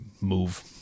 move